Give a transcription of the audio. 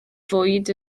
fwyd